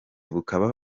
bukaba